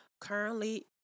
currently